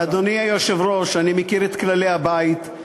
אדוני היושב-ראש, אני מכיר את כללי הבית.